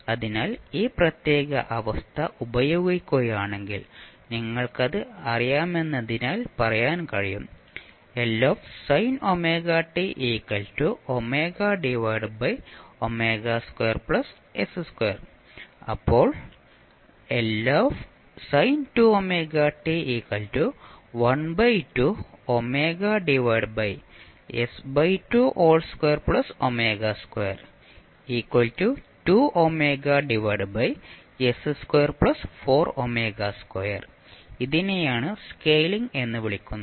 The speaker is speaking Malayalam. അതിനാൽ ഈ പ്രത്യേക അവസ്ഥ ഉപയോഗിക്കുകയാണെങ്കിൽ നിങ്ങൾക്കത് അറിയാമെന്നതിനാൽ പറയാൻ കഴിയും sin ωt അപ്പോൾ sin 2ωt ഇതിനെയാണ് സ്കെയിലിംഗ് എന്ന് വിളിക്കുന്നത്